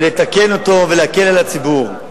לתקן אותו ולהקל על הציבור.